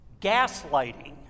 Gaslighting